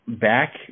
back